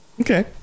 Okay